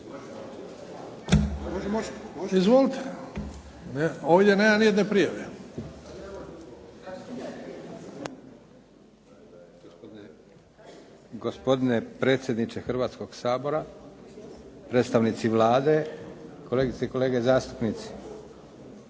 Izvolite. Ovdje nema ni jedne prijave.